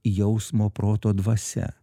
jausmo proto dvasia